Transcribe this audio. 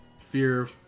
fear